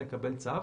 נקבל צו,